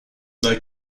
they